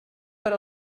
per